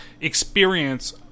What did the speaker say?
experience